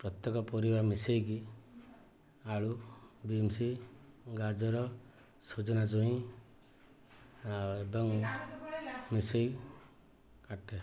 ପ୍ରତ୍ୟେକ ପରିବା ମିଶାଇକି ଆଳୁ ବିମ୍ସ୍ ଗାଜର ସଜନା ଛୁଇଁ ଆଉ ଏବଂ ମିଶାଇ କାଟେ